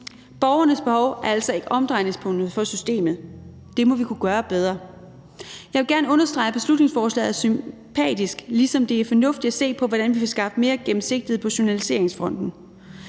Borgernes behov er altså ikke omdrejningspunktet for systemet. Det må vi kunne gøre bedre. Jeg vil gerne understrege, at beslutningsforslaget er sympatisk, ligesom det er fornuftigt at se på, hvordan vi kan skaffe mere gennemsigtighed på journaliseringsfronten.